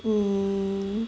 mm